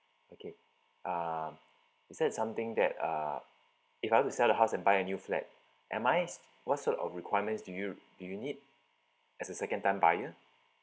okay um is that something that uh if I want to sell the house and buy a new flat am I what sort of requirements do you do you need as a second time buyer